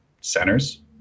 centers